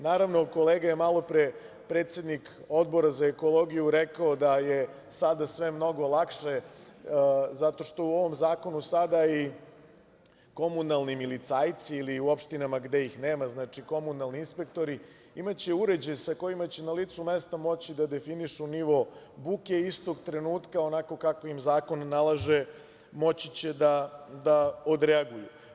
Naravno, kolega je malopre, predsednik Odbora za ekologiju rekao da je sada sve mnogo lakše zato što u ovom zakonu sada su i komunalni milicajci ili u opštinama gde ih nema, znači komunalni inspektori, imaće uređaj sa kojima će na licu mesta moći da definišu nivo buke i istog trenutka onako kako im zakon nalaže moći će da odreaguju.